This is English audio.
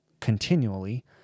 continually